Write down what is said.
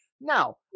Now